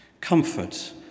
comfort